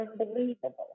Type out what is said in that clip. unbelievable